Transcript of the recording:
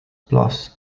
plus